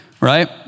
right